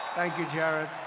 thank you, jared.